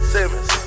Simmons